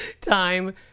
time